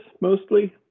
mostly